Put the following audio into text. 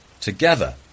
Together